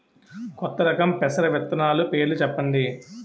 కొత్త రకం పెసర విత్తనాలు పేర్లు చెప్పండి?